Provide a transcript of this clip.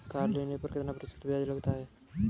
Car loan पर कितना प्रतिशत ब्याज लगेगा?